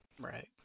Right